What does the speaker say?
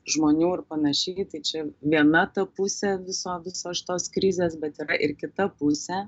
žmonių ir panašiai tai čia viena ta pusė viso visos šitos krizės bet yra ir kita pusė